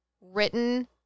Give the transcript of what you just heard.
written